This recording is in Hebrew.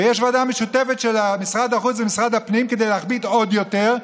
יש ועדה משותפת של משרד החוץ ומשרד הפנים כדי להכביד עוד יותר,